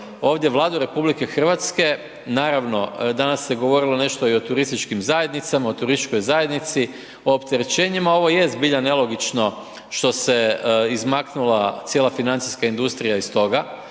ovdje Vladu RH, naravno, danas se govorilo nešto i o turističkim zajednicama, o turističkoj zajednici, o opterećenjima, ovo je zbilja nelogično što se izmaknula cijela financijska industrija iz toga